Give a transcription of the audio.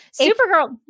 Supergirl